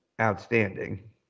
outstanding